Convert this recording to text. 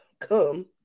come